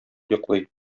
йоклый